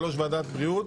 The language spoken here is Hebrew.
3. ועדת בריאות.